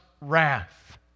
wrath